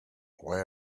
why